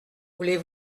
voulez